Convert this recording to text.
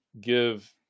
give